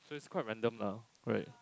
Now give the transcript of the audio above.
so it's quite random lah right